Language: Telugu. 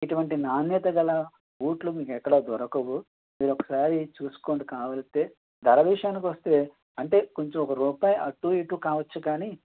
ఇటువంటి నాణ్యత గల బూట్లు మీకెక్కడ దొరకవు మీరోకసారి చూసుకోండి కావాలిస్తే ధర విషయానికొస్తే అంటే కొంచెం ఒక రూపాయి అటు ఇటు కావచ్చు కానీ